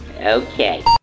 Okay